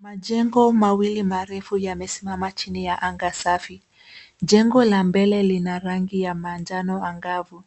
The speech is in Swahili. Majengo mawili marefu yamesimama chini ya anga safi. Jengo la mbele lina rangi ya manjano angavu.